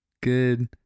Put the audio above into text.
Good